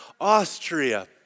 Austria